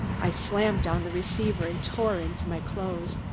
i slammed down the receiver and tore into my clothes.